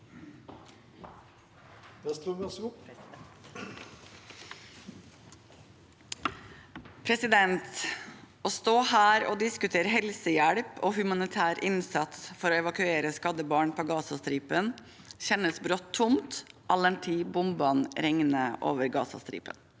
Å stå her og diskute- re helsehjelp og humanitær innsats for å evakuere skadde barn på Gazastripen kjennes brått tomt, all den tid bombene regner over Gazastripen.